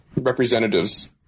representatives